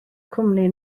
cwmni